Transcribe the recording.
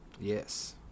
Yes